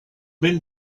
men